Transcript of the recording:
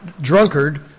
drunkard